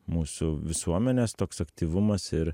mūsų visuomenės toks aktyvumas ir